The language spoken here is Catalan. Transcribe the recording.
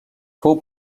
fou